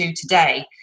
today